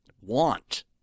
want